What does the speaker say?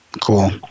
Cool